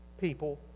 people